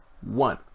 one